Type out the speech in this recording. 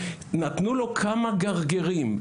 נתנו לו כמה גרגירים,